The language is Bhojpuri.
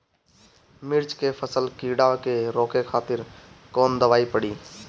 मिर्च के फसल में कीड़ा के रोके खातिर कौन दवाई पड़ी?